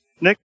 Nick